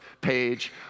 page